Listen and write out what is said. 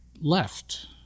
left